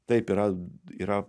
taip yra yra